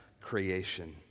creation